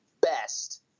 best